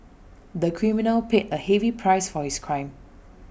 the criminal paid A heavy price for his crime